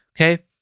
okay